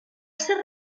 ser